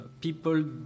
people